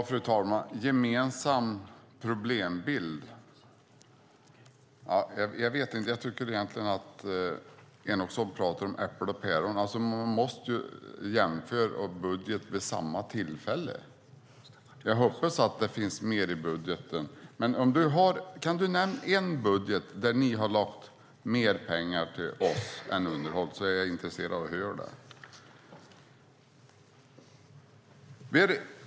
Fru talman! "Gemensam problembild" - ja, jag vet inte. Jag tycker att Enochson pratar om äpplen och päron. Man måste ju jämföra budgetar vid samma tillfälle. Jag hoppas att det finns mer i budgeten. Om du kan nämna en budget där ni har lagt mer pengar till underhåll än vad vi har lagt är jag intresserad av att höra det.